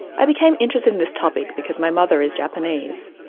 i became interested in this topic because my mother is japanese.